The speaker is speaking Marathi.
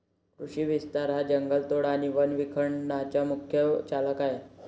कृषी विस्तार हा जंगलतोड आणि वन विखंडनाचा मुख्य चालक आहे